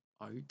out